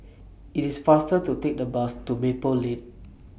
IT IS faster to Take The Bus to Maple Lane